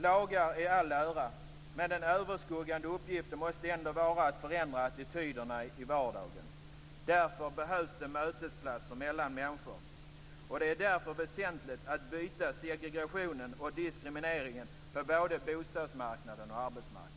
Lagar i all ära, men den överskuggande uppgiften måste ändå vara att förändra attityderna i vardagen. Därför behövs platser för möten mellan människor, och därför är det väsentligt att bryta segregationen och diskrimineringen både på bostadsmarknaden och på arbetsmarknaden.